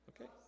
Okay